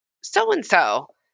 so-and-so